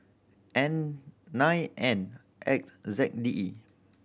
N nine N X Z D E